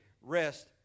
rest